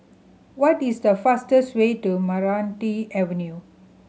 what is the fastest way to Meranti Avenue